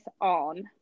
on